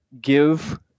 give